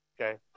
Okay